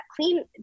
Clean